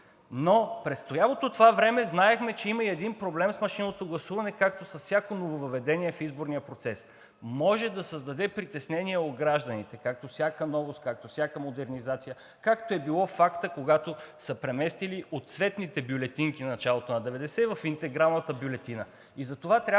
През цялото това време знаехме, че има и един проблем с машинното гласуване, както с всяко нововъведение в изборния процес. Може да създаде притеснение у гражданите както всяка новост, както всяка модернизация, както е бил фактът, когато са преместили от цветните бюлетинки в началото на 90-те в интегралната бюлетина.